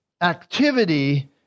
activity